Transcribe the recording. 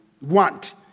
want